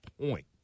point